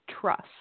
trust